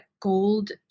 gold